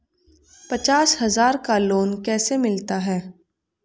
पचास हज़ार का लोन कैसे मिलता है?